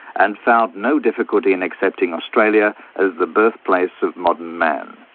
and found no difficulty in accepting australia as the birthplace of modern man.